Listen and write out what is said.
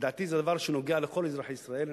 ולדעתי זה דבר שנוגע לכל אזרחי ישראל,